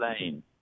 lane